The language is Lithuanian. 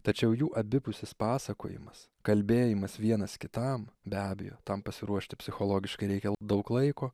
tačiau jų abipusis pasakojimas kalbėjimas vienas kitam be abejo tam pasiruošti psichologiškai reikia daug laiko